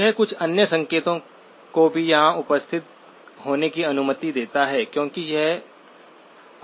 यह कुछ अन्य संकेतों को भी यहां उपस्थित होने की अनुमति देता है क्योंकि यह अवांछित है